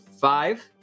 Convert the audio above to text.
five